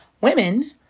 women